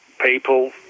people